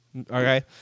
Okay